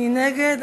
מי נגד?